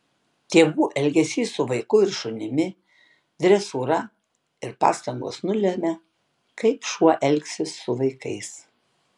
tėvų elgesys su vaiku ir šunimi dresūra ir pastangos nulemia kaip šuo elgsis su vaikais